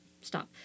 stop